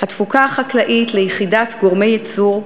והתפוקה החקלאית ליחידת גורמי ייצור,